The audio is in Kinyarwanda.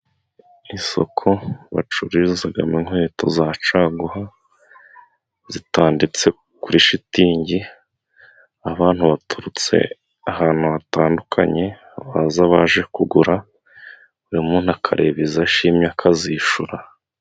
Isoko bacururizamo inkweto za caguwa zitanditse kuri shitingi, abantu baturutse ahantu hatandukanye baza baje kugura, buri muntu akareba izo ashimye akazishyura.